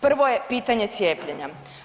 Prvo je pitanje cijepljenja.